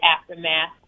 aftermath